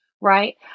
Right